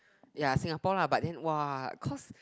ya Singapore lah but then !woah! cause